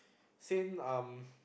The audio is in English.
Sein um